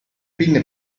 pinne